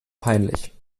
peinlich